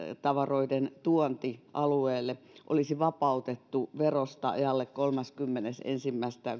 tavaroiden tuonti alueelle olisi vapautettu verosta ajalle kolmaskymmenes ensimmäistä